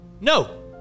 No